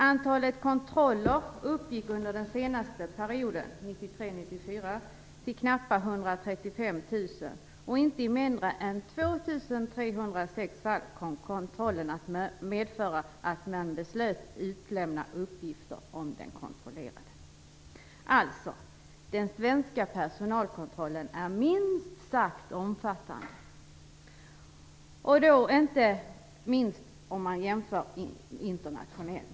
Antalet kontroller uppgick under den senaste perioden, 1993/94, till knappa 135 000, och i inte mindre än 2 306 fall kom kontrollen att medföra att man beslöt utlämna uppgifter om den kontrollerade. Den svenska personalkontrollen är alltså omfattande. Det gäller inte minst om man jämför internationellt.